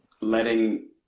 letting